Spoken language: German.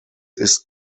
ist